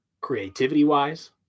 Creativity-wise